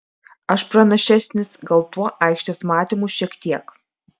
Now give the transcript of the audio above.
aš pranašesnis gal tuo aikštės matymu šiek tiek